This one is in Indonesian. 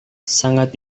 sangat